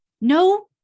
No